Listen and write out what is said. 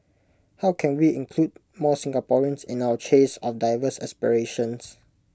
how can we include more Singaporeans in our chase of diverse aspirations